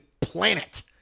planet